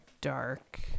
dark